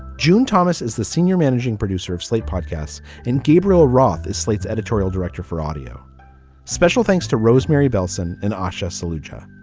june thomas is the senior managing producer of slate podcasts and gabriel roth is slate's editorial director for audio special thanks to rosemary belson and asha soldier.